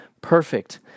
perfect